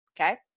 okay